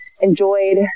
enjoyed